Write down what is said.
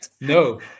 No